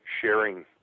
sharing